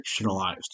fictionalized